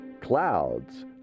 clouds